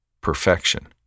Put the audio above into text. perfection